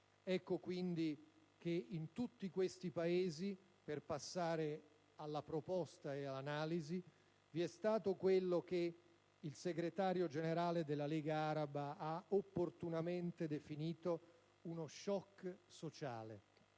Ecco quindi che in tutti questi Paesi - per passare all'analisi e alla proposta - vi è stato quello che il Segretario generale della Lega araba ha opportunamente definito uno «*shock* sociale»,